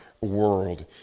world